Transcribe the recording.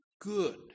good